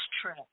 trip